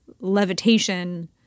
levitation